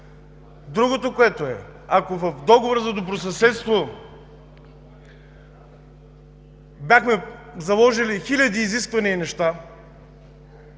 Другото, което е. Ако в Договора за добросъседство бяхме заложили хиляди изисквания и неща,